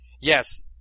Yes